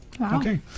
okay